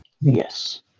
Yes